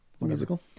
Musical